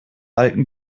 alten